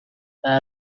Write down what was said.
the